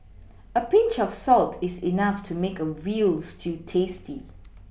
a Pinch of salt is enough to make a veal stew tasty